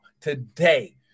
today